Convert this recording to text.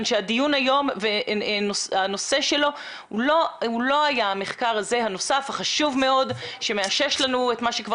נושא הדיון היום הוא לא היה המחקר הזה החשוב מאוד שמאשש לנו את מה שכבר